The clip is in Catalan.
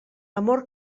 amor